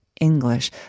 English